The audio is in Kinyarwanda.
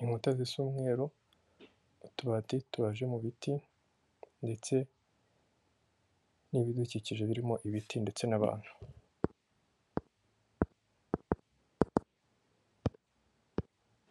inkuta zisa umweru, utubati tubaje mu biti ndetse n'ibidukikije birimo ibiti ndetse n'abantu.